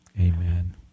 Amen